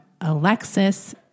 Alexis